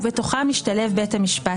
ובתוכם משתלב בית המשפט.